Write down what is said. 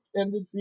Ended